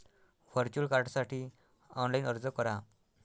virtual कार्डसाठी online अर्ज करा